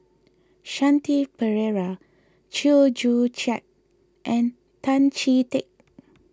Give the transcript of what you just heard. Shanti Pereira Chew Joo Chiat and Tan Chee Teck